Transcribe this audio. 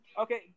Okay